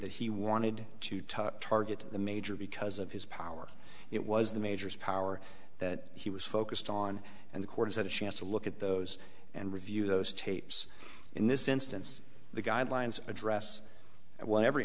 that he wanted to touch target the major because of his power it was the major power that he was focused on and the courts had a chance to look at those and review those tapes in this instance the guidelines address that when every